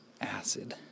acid